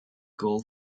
goal